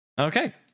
Okay